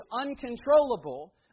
uncontrollable